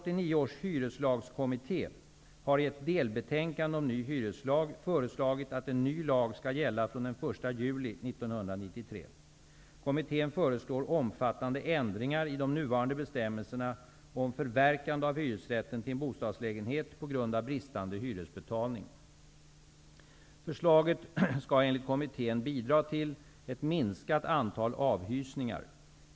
om ny hyreslag föreslagit att en ny lag skall gälla från den 1 juli 1993. Kommittén föreslår omfattande ändringar i de nuvarande bestämmelserna om förverkande av hyresrätten till en bostadslägenhet på grund av bristande hyresbetalning. Förslaget skall enligt kommittén bidra till ett minskat antal avhysningar.